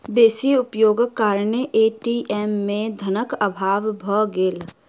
बेसी उपयोगक कारणेँ ए.टी.एम में धनक अभाव भ गेल